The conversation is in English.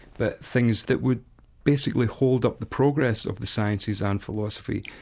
the things that would basically hold up the progress of the sciences and philosophy.